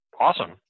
Awesome